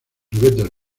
ribetes